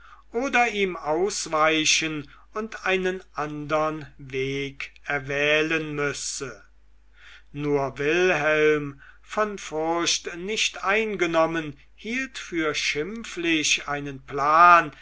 oder ihm ausweichen und einen andern weg erwählen müsse nur wilhelm von furcht nicht eingenommen hielt für schimpflich einen plan